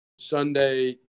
Sunday